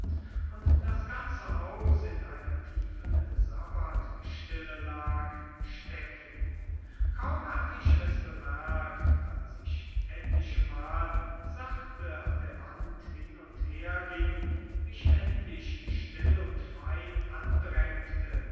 und das ganze haus in einer tiefen sabbatstille lag stecken kaum hatte ich es bemerkt als ich etlichemal sachte an der wand hin und her ging mich endlich still und fein andrängte